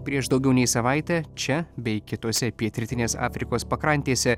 prieš daugiau nei savaitę čia bei kitose pietrytinės afrikos pakrantėse